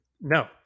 No